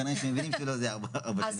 כנראה שמבינים שזה לא ארבע שנים קדימה.